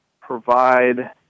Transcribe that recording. provide